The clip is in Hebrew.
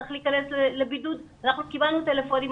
שאנחנו נמצאים כרגע בדיון וגם משום שברור לנו